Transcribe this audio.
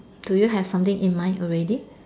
do you have something in mind already